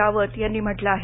रावत यांनी म्हटलं आहे